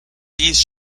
these